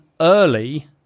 early